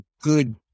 good